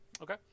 Okay